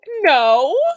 no